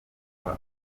kuba